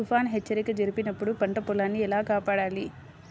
తుఫాను హెచ్చరిక జరిపినప్పుడు పంట పొలాన్ని ఎలా కాపాడాలి?